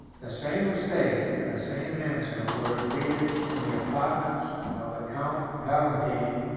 the same mistake, and the same answer, were repeated in the apartments of the count palatine,